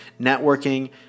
networking